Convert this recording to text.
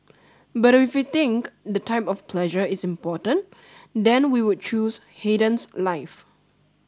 but if we think the type of pleasure is important then we would choose Haydn's life